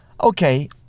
Okay